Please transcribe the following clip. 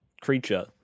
creature